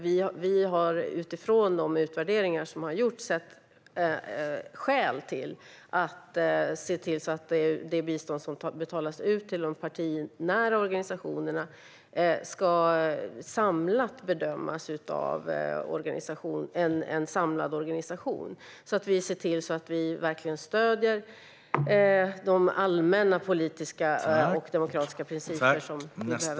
Vi har utifrån de utvärderingar som har gjorts sett skäl till att se till att det bistånd som betalas ut till de partinära organisationerna ska bedömas av en samlad organisation så att vi ser till att vi verkligen stöder de allmänna politiska och demokratiska principer som behövs.